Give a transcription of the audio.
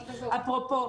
אפרופו,